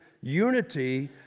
unity